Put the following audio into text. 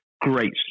Great